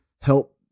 help